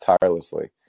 tirelessly